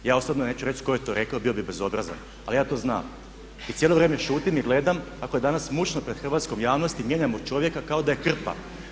Ja osobno neću to reći tko je to rekao, bio bih bezobrazan ali ja to znam i cijelo vrijeme šutim i gledam kako je danas mučno pred hrvatskom javnosti, mijenjamo čovjeka kao da je krpa.